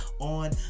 on